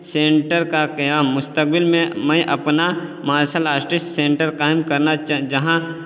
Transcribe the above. centre کا قیام مستقبل میں میں اپنا مارشل آرٹسٹ سینٹر قائم کرنا جہاں